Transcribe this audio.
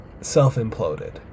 self-imploded